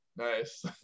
Nice